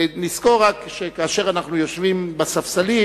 רק נזכור שכאשר אנחנו יושבים בספסלים,